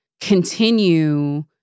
continue